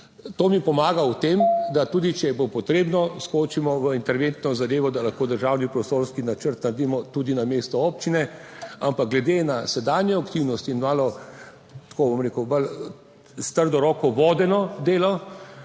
konec razprave/ da tudi, če bo potrebno, skočimo v interventno zadevo, da lahko državni prostorski načrt naredimo tudi namesto občine, ampak glede na sedanje aktivnosti in malo, tako bom rekel, bolj s trdo roko vodeno delo,